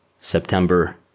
September